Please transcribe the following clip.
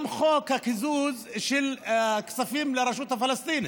גם חוק הקיזוז של הכספים לרשות הפלסטינית.